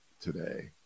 today